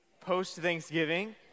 post-Thanksgiving